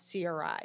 CRI